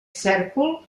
cèrcol